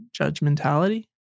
judgmentality